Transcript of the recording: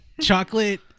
chocolate